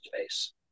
space